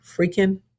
freaking